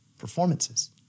performances